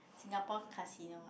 Singapore casino ah